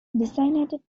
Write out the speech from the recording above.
designated